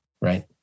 Right